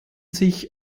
sich